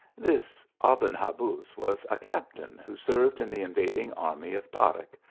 this aben habuz was a captain who served in the invading army of taric,